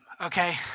okay